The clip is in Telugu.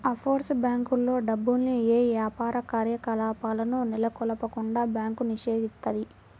ఆఫ్షోర్ బ్యేంకుల్లో డబ్బుల్ని యే యాపార కార్యకలాపాలను నెలకొల్పకుండా బ్యాంకు నిషేధిత్తది